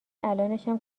الانشم